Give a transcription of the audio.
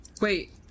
Wait